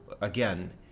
again